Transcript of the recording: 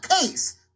case